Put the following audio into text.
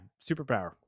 Superpower